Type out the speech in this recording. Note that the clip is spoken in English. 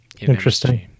interesting